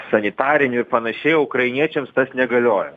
sanitarinių ir panašiai ukrainiečiams tas negalioja